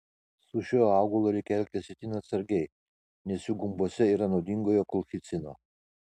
su šiuo augalu reikia elgtis itin atsargiai nes jų gumbuose yra nuodingojo kolchicino